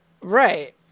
Right